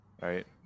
right